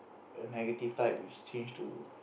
negative type which change to